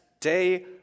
Day